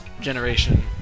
generation